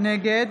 נגד